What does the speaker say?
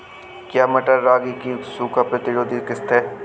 क्या मटर रागी की सूखा प्रतिरोध किश्त है?